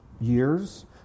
years